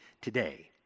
today